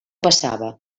passava